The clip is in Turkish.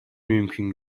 mümkün